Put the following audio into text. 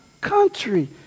country